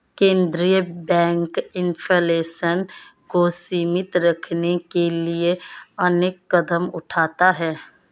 केंद्रीय bank inflation को सीमित रखने के लिए अनेक कदम उठाता है